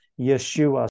Yeshua